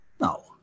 No